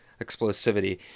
explosivity